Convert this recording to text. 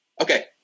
Okay